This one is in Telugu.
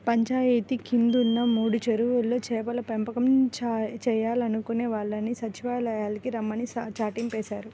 పంచాయితీ కిందున్న మూడు చెరువుల్లో చేపల పెంపకం చేయాలనుకునే వాళ్ళని సచ్చివాలయానికి రమ్మని చాటింపేశారు